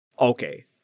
Okay